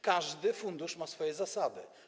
Każdy fundusz ma swoje zasady.